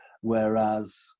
whereas